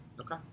Okay